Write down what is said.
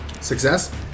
Success